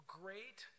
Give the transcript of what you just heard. great